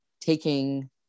taking